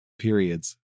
periods